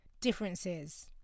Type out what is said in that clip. differences